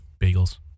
bagels